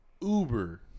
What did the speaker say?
uber